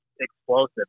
explosive